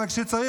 אבל כשצריך